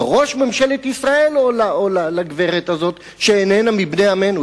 לראש ממשלת ישראל או לגברת הזאת שאיננה מבני עמנו?